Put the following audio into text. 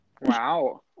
Wow